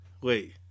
Wait